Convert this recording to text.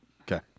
okay